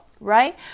right